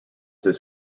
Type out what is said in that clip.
his